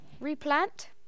replant